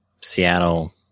Seattle